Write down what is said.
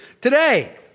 today